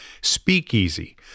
Speakeasy